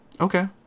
Okay